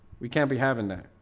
we can't be having that.